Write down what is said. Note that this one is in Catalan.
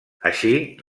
així